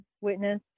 witness